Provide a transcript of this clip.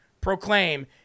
proclaim